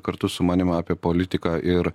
kartu su manim apie politiką ir